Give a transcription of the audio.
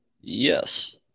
Yes